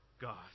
God